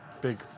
big